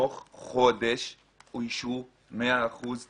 תוך חודש אוישו 100 אחוזים תקנים.